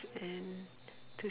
and to